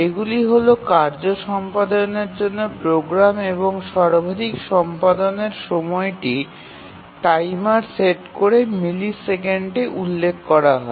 এগুলি হল কার্য সম্পাদনের জন্য প্রোগ্রাম এবং সর্বাধিক সম্পাদনের সময়টি টাইমার সেট করে মিলি সেকেন্ডে উল্লেখ করা হয়